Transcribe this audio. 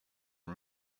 are